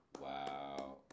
Wow